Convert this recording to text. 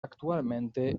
actualmente